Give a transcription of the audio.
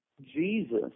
Jesus